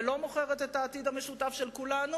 ולא מוכרת את העתיד המשותף של כולנו